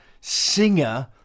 singer